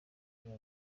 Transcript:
bintu